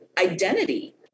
identity